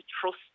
trust